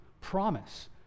promise